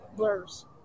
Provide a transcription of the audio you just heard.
blurs